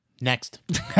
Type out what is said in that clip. Next